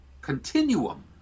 continuum